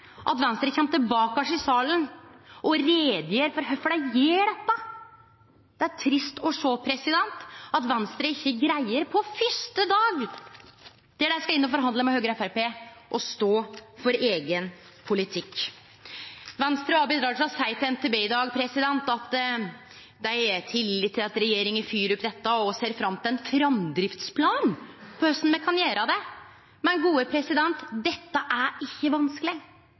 at Venstre kjem tilbake i salen og gjer greie for kvifor dei gjer dette. Det er trist å sjå at Venstre ikkje greier – på den fyrste dagen der dei skal inn og forhandle med Høgre og Framstegspartiet – å stå for sin eigen politikk. Venstre og Abid Q. Raja seier til NTB i dag at dei har tillit til at regjeringa fylgjer opp dette, og ser fram til ein framdriftsplan for korleis me kan gjere det. Men dette er ikkje vanskeleg.